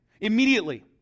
Immediately